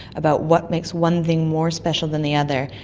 about what makes one thing more special than the other,